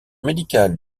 médical